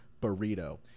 burrito